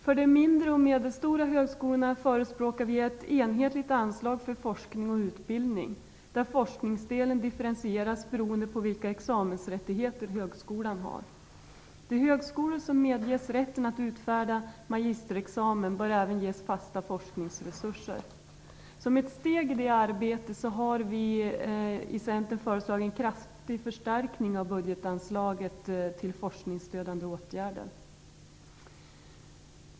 För de mindre och medelstora högskolorna förespråkar vi ett enhetligt anslag för forskning och utbildning, där forskningsdelen differentieras beroende på vilka examensrättigheter högskolan har. De högskolor som medges rätten att utfärda magisterexamen bör även ges fasta forskningsresurser. Som ett steg i detta arbete har vi i Centern föreslagit en kraftig förstärkning av budgetanslaget till forskningsstödjande åtgärder.